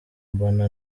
mbona